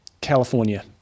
california